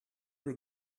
are